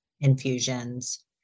infusions